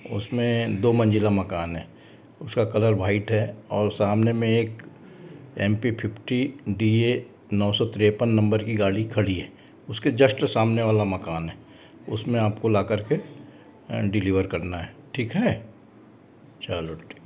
उसमें दो मंजिला मकान है उसका कलर भाइट है और सामने में एक M P fifty D A नौ सौ तिरेपन नंबर की गाड़ी खड़ी है उसके जस्ट सामने वाला मकान है उसमें आपको ला करके डिलीवर करना है ठीक है चलो ठीक